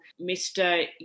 Mr